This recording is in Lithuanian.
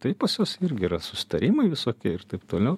tai pas juos irgi yra susitarimai visokie ir taip toliau